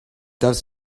does